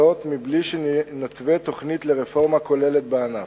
בלי שנתווה תוכנית לרפורמה כוללת בענף,